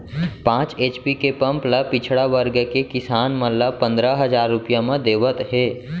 पांच एच.पी के पंप ल पिछड़ा वर्ग के किसान मन ल पंदरा हजार रूपिया म देवत हे